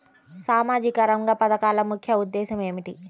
సామాజిక రంగ పథకాల ముఖ్య ఉద్దేశం ఏమిటీ?